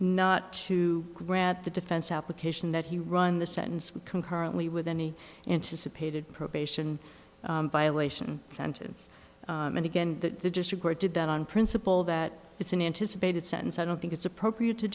not to grant the defense application that he run the sentence concurrently with any anticipated probation violation sentence and again that the district court did that on principle that it's an anticipated sentence i don't think it's appropriate to